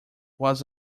was